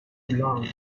lam